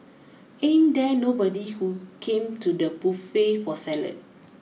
ain't there nobody who came to the buffet for salad